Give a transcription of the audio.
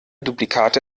duplikate